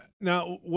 Now